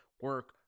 Work